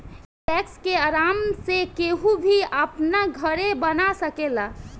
इ वैक्स के आराम से केहू भी अपना घरे बना सकेला